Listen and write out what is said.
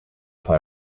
play